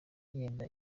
yenda